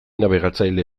nabigatzaile